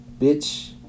bitch